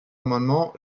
amendement